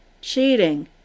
cheating